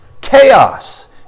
chaos